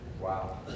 Wow